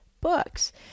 books